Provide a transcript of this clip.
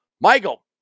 Michael